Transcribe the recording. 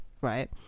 right